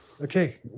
okay